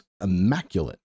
immaculate